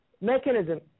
mechanism